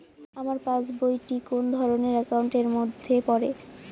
আমার পাশ বই টি কোন ধরণের একাউন্ট এর মধ্যে পড়ে?